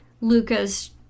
Luca's